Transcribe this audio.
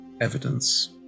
evidence